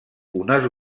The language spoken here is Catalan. unes